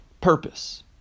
Purpose